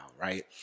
right